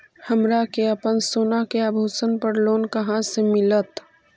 हमरा के अपना सोना के आभूषण पर लोन कहाँ से मिलत?